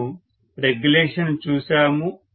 మనము రెగ్యులేషన్ ను చూశాము